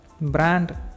brand